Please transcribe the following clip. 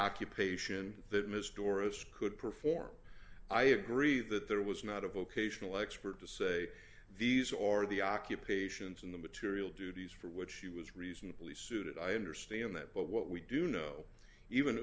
doris could perform i agree that there was not a vocational expert to say these are the occupations and the material duties for which she was reasonably suited i understand that but what we do know even